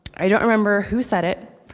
i don't remember who said it,